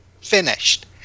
finished